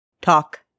Talk